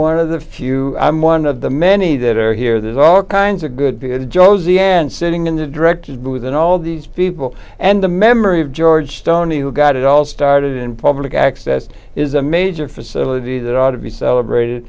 one of the few i'm one of the many that are here there's all kinds of good josie and sitting in the director's boob and all these people and the memory of george stoney who got it all started in public access is a major facility that ought to be celebrated